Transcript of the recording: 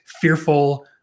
fearful